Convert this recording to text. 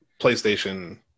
PlayStation